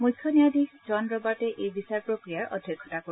মুখ্য ন্যায়াধীশ জন ৰবাৰ্টে এই বিচাৰ প্ৰক্ৰিয়াৰ অধ্যক্ষতা কৰিব